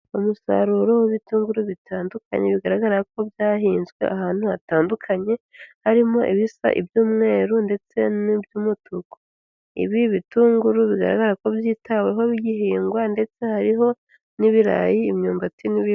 Umusaruro w'ibitunguru bitandukanye bigaragara ko byahinzwe ahantu hatandukanye harimo ibisa iby'umweru ndetse n'iby'umutuku ibi bitunguru bigaragara ko byitaweho bigihingwa ndetse hariho n'ibirayi imyumbati n'ibiibindi.